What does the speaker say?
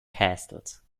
castles